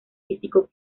físico